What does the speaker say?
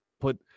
put